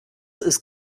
ist